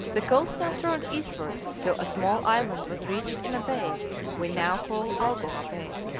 the coast now turned eastward till a small island was reached in a bay we now call algoa bay.